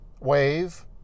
wave